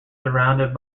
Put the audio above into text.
surrounded